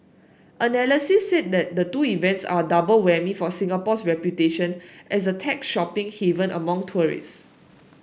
analysts said the two events are double whammy for Singapore's reputation as a tech shopping haven among tourist